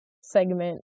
segment